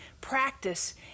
practice